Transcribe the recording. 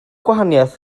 gwahaniaeth